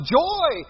joy